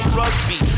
rugby